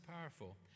powerful